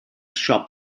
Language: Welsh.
siop